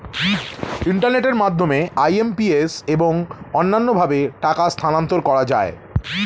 ইন্টারনেটের মাধ্যমে আই.এম.পি.এস এবং অন্যান্য ভাবে টাকা স্থানান্তর করা যায়